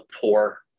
poor